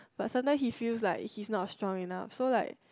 but sometime he feels like he's not strong enough so like